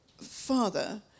father